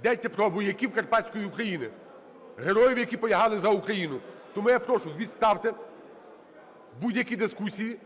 Йдеться про вояків Карпатської України, героїв, які полягали за Україну. Тому я прошу, відставте будь-які дискусії